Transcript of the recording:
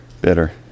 Bitter